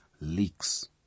leaks